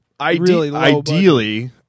ideally